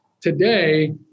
Today